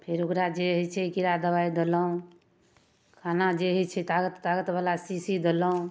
फेर ओकरा जे हैय छै कीड़ा दबाइ देलहुँ खाना जे हैय छै तागत तागतवला शीशी देलहुँ